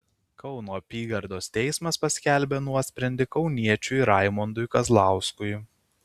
kauno apygardos teismas paskelbė nuosprendį kauniečiui raimondui kazlauskui